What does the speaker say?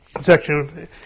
section